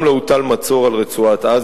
מעולם לא הוטל מצור על רצועת-עזה.